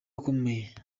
akomeye